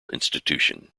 institution